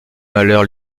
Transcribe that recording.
malheur